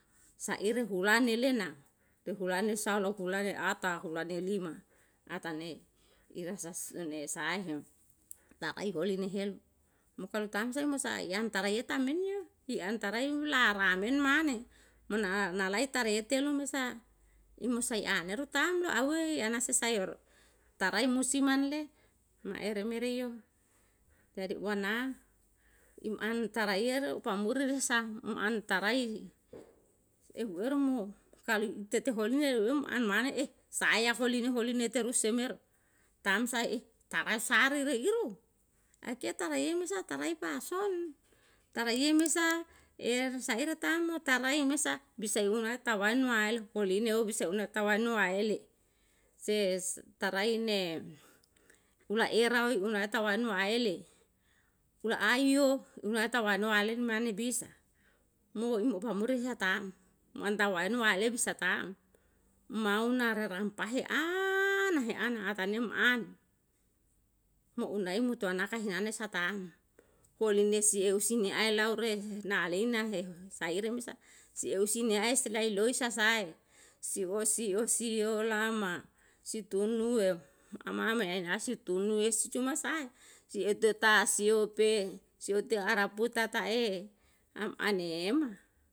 Saire hulane lena te hulane sa lo hulane ata hulane lima atane irasa sahae he ta'i holi ne helu mo kalo tam sa mo sa i an tarayeta menio i an tarae laramen mane. mo na nalae tareye telu me sa i mosa i aneru tamlo ahuei anase sayor tarae musiman le na ere mereyo jadi uana im an taraiyare upamuri resam m'an tarai ehu eru mo kalu i tete holine leu'em an mane saya holine holine teru semero tamsa tarae sare reiru aitia taraim tarai pason, taraye me sa saire tam mo tarai me sa bisai unae tawaen maelo holine o bisae una tawaen waele. se tarai ne ula erao i unae tawaen waele ula aiyo unae tawaen waele me mane bisa. mo i mo pamuri sa ta'm, mo an tawaen waele bisa ta'm mauna re rampa he ana he ana ata ne m'an mo unai mutu anaka hinane sa ta'm holine si eu si ni'ae lau re na lei na he saire me sa si eu si niae silai loisa sae si osi si olama si tunue ama me en a si tunuesi cuma sae si etue tasio pe si otue araputa ta'e am ane ema